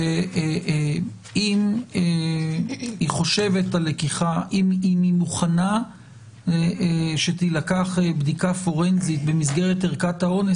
שאם היא מוכנה שתילקח בדיקה פורנזית במסגרת ערכת האונס,